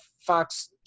Fox